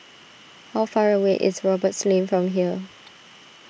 how far away is Roberts Lane from here